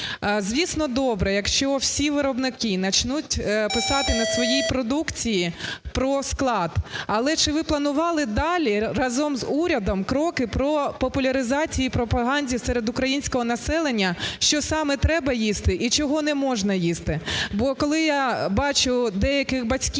Звісно, добре, якщо всі виробники начнуть писати на своїй продукції про склад. Але чи ви планували далі разом з урядом кроки про популяризацію і пропаганду серед українського населення, що саме треба їсти і чого неможна їсти.